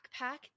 backpack